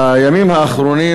בימים האחרונים